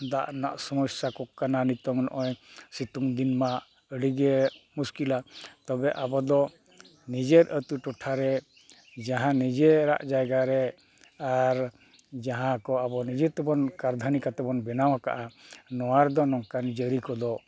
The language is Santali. ᱫᱟᱜ ᱨᱮᱱᱟᱜ ᱥᱚᱢᱚᱥᱟ ᱠᱚ ᱠᱟᱱᱟ ᱱᱤᱛᱚᱜ ᱱᱚᱜᱼᱚᱭ ᱥᱤᱛᱩᱝ ᱫᱤᱱᱢᱟ ᱟᱹᱰᱤᱜᱮ ᱢᱩᱥᱠᱤᱞᱟ ᱛᱚᱵᱮ ᱟᱵᱚᱫᱚ ᱱᱤᱡᱮᱨ ᱟᱹᱛᱩ ᱴᱚᱴᱷᱟᱨᱮ ᱡᱟᱦᱟᱸ ᱱᱤᱡᱮᱨᱟᱜ ᱡᱟᱭᱜᱟ ᱨᱮ ᱟᱨ ᱡᱟᱦᱟᱸ ᱠᱚ ᱟᱵᱚ ᱱᱤᱡᱮ ᱛᱮᱵᱚᱱ ᱠᱟᱨᱫᱷᱟᱹᱱᱤ ᱠᱟᱛᱮᱫ ᱵᱚᱱ ᱵᱮᱱᱟᱣ ᱟᱠᱟᱫᱼᱟ ᱱᱚᱣᱟ ᱨᱮᱫᱚ ᱱᱚᱝᱠᱟᱱ ᱡᱟᱹᱨᱤ ᱠᱚᱫᱚ